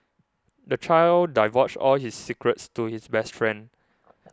the child divulged all his secrets to his best friend